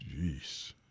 Jeez